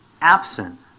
absent